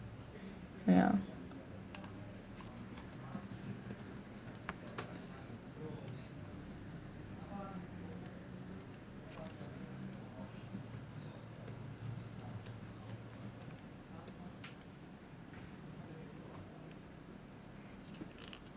ya